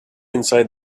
inside